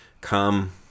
come